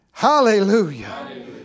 Hallelujah